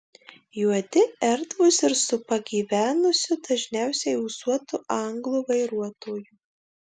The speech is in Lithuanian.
juodi erdvūs ir su pagyvenusiu dažniausiai ūsuotu anglu vairuotoju